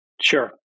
Sure